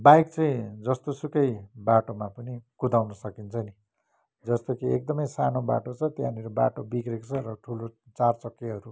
bike चाहिँ जस्तो सुकै बाटोमा पनि कुदाउनु सकिन्छ नि जस्तो कि एकदमै सानो बाटो छ त्यहाँनिर बाटो बिग्रेको छ र ठुलो चार चक्केहरू